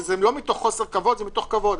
זה לא מתוך חוסר כבוד אלא מתוך כבוד.